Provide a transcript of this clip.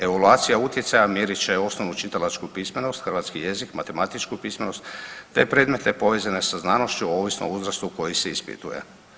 Evaluacija utjecaja mjerit će osnovnu čitalačku pismenost, hrvatski jezik, matematičku pismenost, te predmete povezane sa znanošću, a ovisno o uzrastu koji se ispituje.